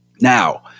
Now